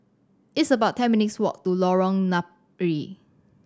it's about ten minutes' walk to Lorong Napiri